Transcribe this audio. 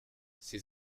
ses